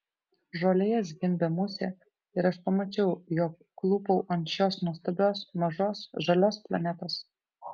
žolėje zvimbė musė ir aš pamačiau jog klūpau ant šios nuostabios mažos žalios planetos